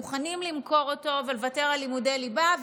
מוכנים למכור אותו ולוותר על לימודי ליבה,